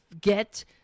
get